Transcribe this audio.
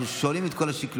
אנחנו שואלים את כל השקלולים.